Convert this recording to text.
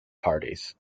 parties